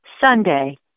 Sunday